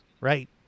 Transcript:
right